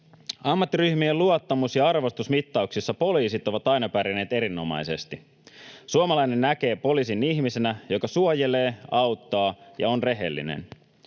Ammattiryhmien luottamus- ja arvostusmittauksissa poliisit ovat aina pärjänneet erinomaisesti. Suomalainen näkee poliisin ihmisenä, joka suojelee, auttaa ja on rehellinen.